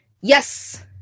Yes